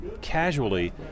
casually